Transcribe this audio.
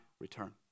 return